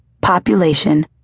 Population